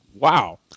Wow